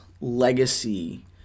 legacy